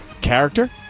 character